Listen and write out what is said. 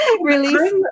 release